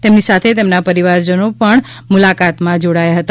તેમની સાથે તેમના પરિજનો પણ મુલાકાત માં જોડાયા હતા